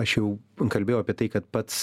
aš jau kalbėjau apie tai kad pats